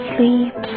Sleep